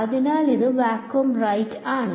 അതിനാൽ ഇത് vacuum right ആണ്